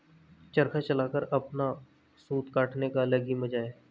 चरखा चलाकर अपना सूत काटने का अलग ही मजा है